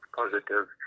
positive